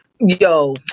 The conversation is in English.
yo